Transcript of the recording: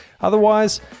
Otherwise